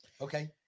Okay